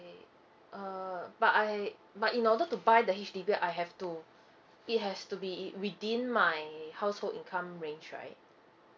uh but I but in order to buy the H_D_B I have to it has to be in within my household income range right